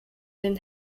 den